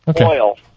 oil